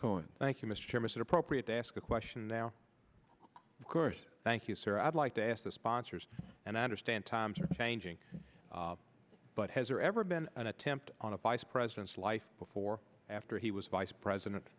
cohen thank you mr chairman appropriate to ask a question now of course thank you sir i'd like to ask the sponsors and i understand times are changing but has there ever been an attempt on a vice president's life before after he was vice president